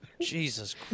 Jesus